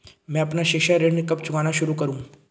मैं अपना शिक्षा ऋण कब चुकाना शुरू करूँ?